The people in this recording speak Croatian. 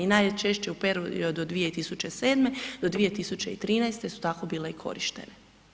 I najčešće u periodu od 2007. do 2013. su tako i bile korištene.